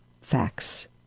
facts